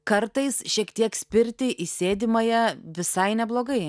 kartais šiek tiek spirti į sėdimąją visai neblogai